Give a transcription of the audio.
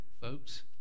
folks